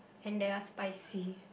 and there are spicy